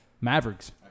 Mavericks